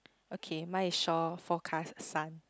okay my shore forecast sun